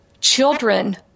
Children